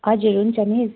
हजुर हुन्छ मिस